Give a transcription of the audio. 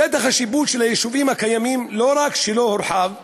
שטח השיפוט של היישובים הקיימים לא רק שלא הורחב,